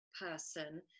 person